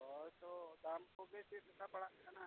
ᱦᱳᱭ ᱛᱚ ᱫᱟᱢ ᱠᱚᱜᱮ ᱪᱮᱫ ᱞᱮᱠᱟ ᱯᱟᱲᱟᱜᱼᱟ ᱠᱟᱱᱟ